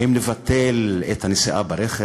האם לבטל את הנסיעה ברכב?